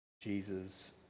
Jesus